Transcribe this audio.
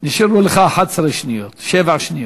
נשארו לך 11 שניות, שבע שניות.